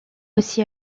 aussi